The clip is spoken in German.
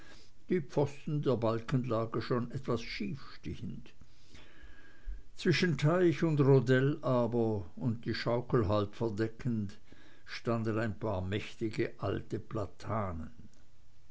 die pfosten der balkenlage schon etwas schief stehend zwischen teich und rondell aber und die schaukel halb versteckend standen ein paar mächtige alte platanen